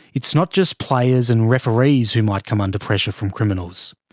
it's not just players and referees who might come under pressure from criminals,